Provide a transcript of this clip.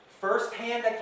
first-hand